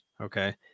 Okay